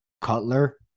Cutler